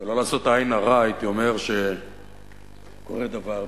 כדי לא לעשות עין הרע הייתי אומר שקורה דבר בישראל.